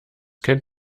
kennt